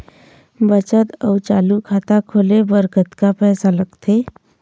बचत अऊ चालू खाता खोले बर कतका पैसा लगथे?